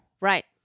right